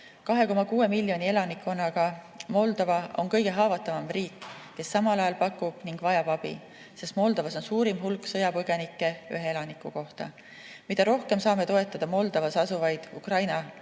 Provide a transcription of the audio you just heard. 2,6 miljoni elanikkonnaga Moldova on kõige haavatavam riik, kes samal ajal pakub ning vajab abi, sest Moldovas on suurim hulk sõjapõgenikke ühe elaniku kohta. Mida rohkem saame toetada Moldovas asuvaid Ukraina